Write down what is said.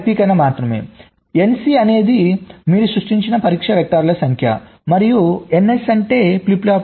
nc అనేది మీరు సృష్టించిన పరీక్ష వెక్టర్ల సంఖ్య మరియు ns అంటే ఫ్లిప్ ఫ్లాప్ల సంఖ్య